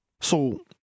So